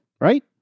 Right